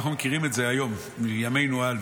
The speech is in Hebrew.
אנחנו מכירים את זה היום מימנו אנו.